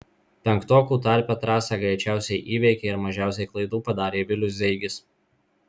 penktokų tarpe trasą greičiausiai įveikė ir mažiausiai klaidų padarė vilius zeigis